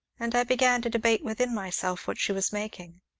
and i began to debate within myself what she was making.